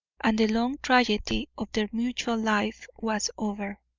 and the long tragedy of their mutual life was over.